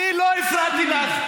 אני לא הפרעתי לך.